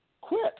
quit